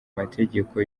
mategeko